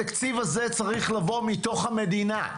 התקציב הזה צריך לבוא מתוך המדינה,